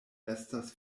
estas